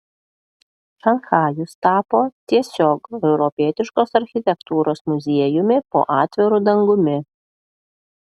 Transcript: šanchajus tapo tiesiog europietiškos architektūros muziejumi po atviru dangumi